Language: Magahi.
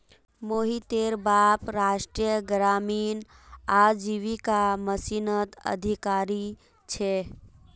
मोहितेर बाप राष्ट्रीय ग्रामीण आजीविका मिशनत अधिकारी छे